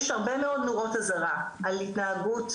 יש הרבה מאוד נורות אזהרה על התנהגות,